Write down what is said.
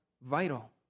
vital